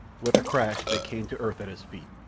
with a crash they came to earth at his feet.